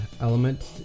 element